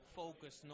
focus